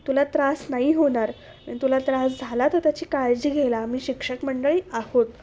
तुला त्रास नाही होणार तुला त्रास झाला तर त्याची काळजी घ्यायला आम्ही शिक्षक मंडळी आहोत